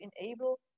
enable